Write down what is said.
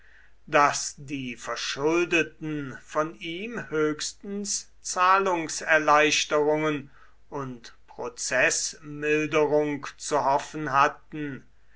daß die verschuldeten von ihm höchstens zahlungserleichterungen und prozeßmilderungen zu hoffen hatten